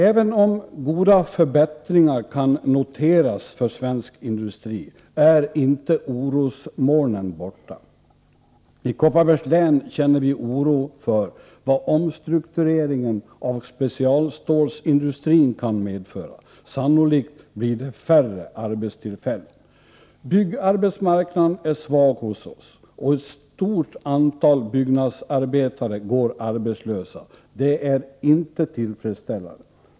Även om goda förbättringar kan noteras för svensk industri är inte orosmolnen borta. I Kopparbergs län känner vi oron för vad omstruktureringen av specialstålsindustrin kan medföra. Sannolikt blir det färre arbetstillfällen. Byggarbetsmarknaden är svag hos oss, och ett stort antal byggnadsarbetare går arbetslösa. Det är inte tillfredsställande.